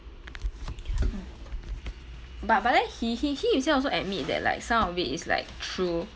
bu~ but then he he he himself also admit that like some of it is like true